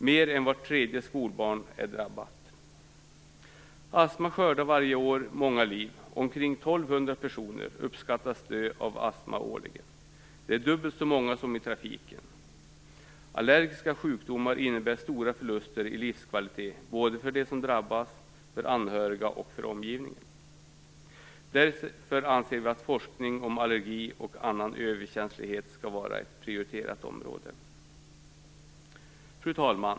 Mer än vart tredje skolbarn är drabbat. Astma skördar varje år många liv. Omkring 1 200 personer uppskattas årligen dö av astma. Det är dubbelt så många som dör i trafiken. Allergiska sjukdomar innebär stora förluster i livskvalitet, både för dem som drabbas, för anhöriga och för omgivningen. Därför anser vi att forskning om allergier och annan överkänslighet skall vara ett prioriterat område. Fru talman!